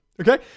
Okay